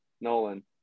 nolan